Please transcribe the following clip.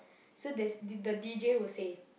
so there's the the d_j will say